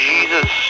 Jesus